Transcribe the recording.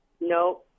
No